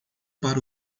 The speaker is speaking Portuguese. para